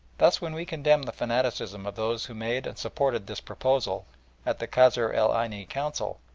thus when we condemn the fanaticism of those who made and supported this proposal at the kasr el aini council,